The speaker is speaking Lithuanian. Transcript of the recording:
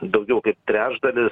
daugiau kaip trečdalis